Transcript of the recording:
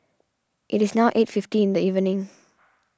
it is now eight fifty in the evening